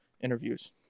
interviews